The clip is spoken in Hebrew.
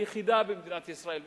היחידה במדינת ישראל,